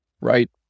right